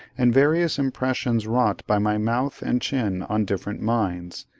and various impressions wrought by my mouth and chin on different minds,